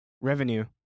revenue